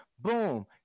Boom